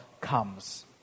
comes